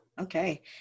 okay